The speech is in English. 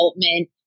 development